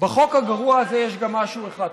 בחוק הגרוע הזה יש גם משהו אחד טוב.